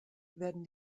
werden